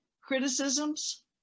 criticisms